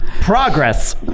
Progress